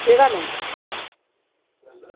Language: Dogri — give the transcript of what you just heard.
केह् गल्ल